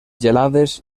gelades